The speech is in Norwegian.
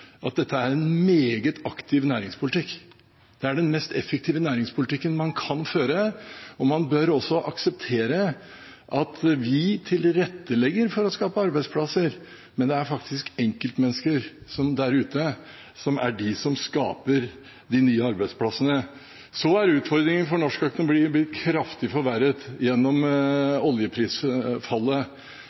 at dette er en meget aktiv næringspolitikk. Det er den mest effektive næringspolitikken man kan føre, og man bør også akseptere at vi tilrettelegger for å skape arbeidsplasser, men det er faktisk enkeltmennesker der ute som er dem som skaper de nye arbeidsplassene. Utfordringen for norsk økonomi er blitt kraftig forverret gjennom oljeprisfallet,